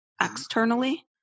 externally